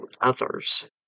others